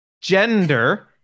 gender